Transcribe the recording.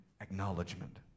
Acknowledgement